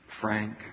Frank